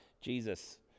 Jesus